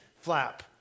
flap